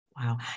Wow